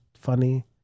funny